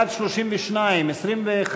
אנחנו